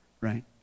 Right